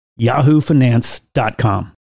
yahoofinance.com